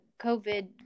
COVID